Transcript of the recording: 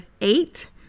eight